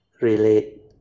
relate